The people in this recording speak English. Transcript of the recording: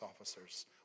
officers